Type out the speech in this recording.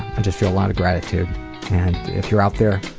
i just feel a lot of gratitude. and if you're out there